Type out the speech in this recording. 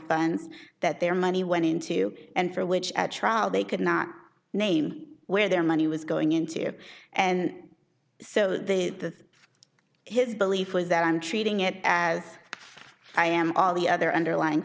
funds that their money went into and for which at trial they could not name where their money was going into and so the his belief was that i'm treating it as i am all the other underlying